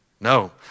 No